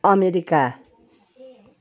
America